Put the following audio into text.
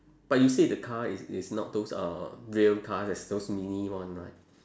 but you said the car is is not those uh real car it's those mini one right